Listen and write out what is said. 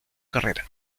carrera